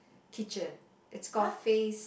kitchen it's called fay's